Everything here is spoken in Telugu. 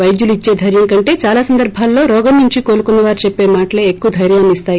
వైద్యులు ఇచ్చే దైర్యం కంటే చాలా సందర్భాల్లో రోగం నుంచి కోలుకున్న వారు చెప్పే మాటలే ఎక్కువ దైర్యాన్ని స్తాయి